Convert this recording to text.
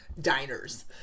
diners